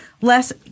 less